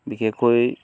বিশেষকৈ